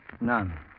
None